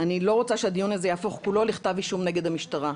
אני לא רוצה שהדיון הזה יהפוך כולו לכתב אישום נגד המשטרה.